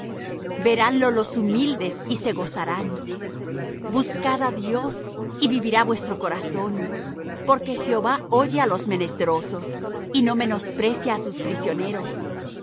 uñas veránlo los humildes y se gozarán buscad á dios y vivirá vuestro corazón porque jehová oye á los menesterosos y no menosprecia á sus prisioneros alábenlo los